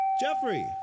Jeffrey